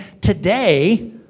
Today